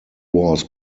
was